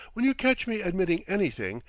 when you catch me admitting anything,